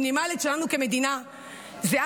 החובה המינימלית שלנו כמדינה היא,